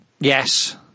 Yes